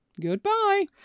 Goodbye